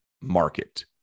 market